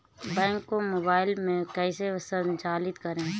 Bank को mobile में कैसे संचालित करें?